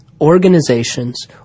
organizations